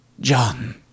John